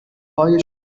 های